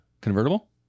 Convertible